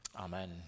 Amen